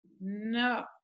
No